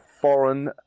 foreign